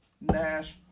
Nash